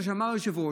כפי שאמר היושב-ראש,